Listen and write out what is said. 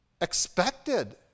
expected